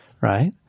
right